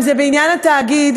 אם זה בעניין התאגיד,